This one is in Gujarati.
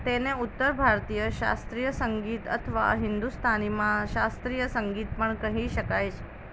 તેને ઉત્તર ભારતીય શાસ્ત્રીય સંગીત અથવા હિન્દુસ્તાનીમાં શાસ્ત્રીય સંગીત પણ કહી શકાય